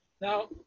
Now